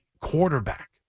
quarterback